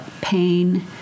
pain